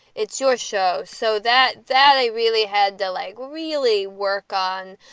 it's your show. so that that i really had the leg really work on.